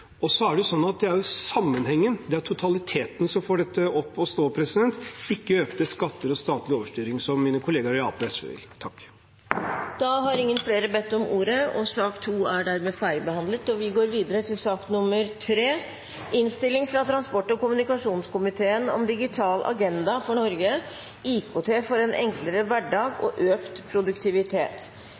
opp. Så er det sånn at det er sammenhengen, totaliteten, som får dette opp å stå, ikke økte skatter og statlig overstyring, som mine kolleger i Arbeiderpartiet og SV vil. Flere har ikke bedt om ordet til sak nr. 2. Etter ønske fra transport- og kommunikasjonskomiteen vil presidenten foreslå at taletiden blir begrenset til 5 minutter til hver partigruppe og